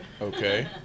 Okay